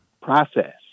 process